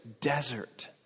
desert